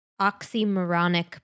oxymoronic